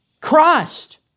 Christ